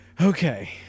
Okay